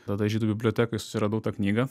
tada žydų bibliotekoj susiradau tą knygą